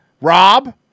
Rob